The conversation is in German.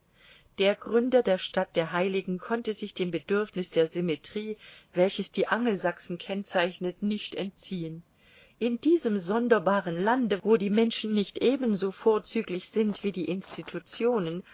der gründer der stadt der heiligen konnte sich dem bedürfniß der symmetrie welches die angelsachsen kennzeichnet nicht entziehen in diesem sonderbaren lande wo die menschen nicht ebenso vorzüglich sind wie die institutionen